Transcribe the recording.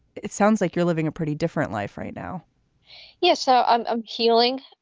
it sounds like you're living a pretty different life right now yeah. so i'm ah healing.